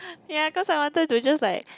ya cause I wanted to just like